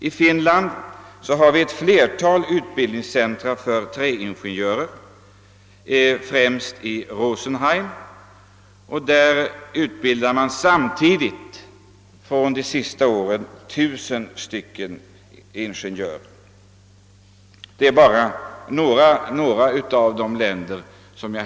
I Tyskland finns ett flertal utbildningscentra för träingenjörer, främst i Rosenheim, där under det senaste året 1000 ingenjörer samtidigt utbildats.